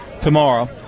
tomorrow